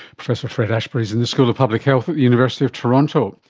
professor fred ashbury is in the school of public health at the university of toronto